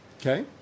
Okay